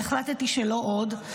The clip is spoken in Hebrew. והחלטתי שלא עוד,